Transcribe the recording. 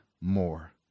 more